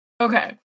Okay